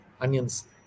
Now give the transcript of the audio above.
onions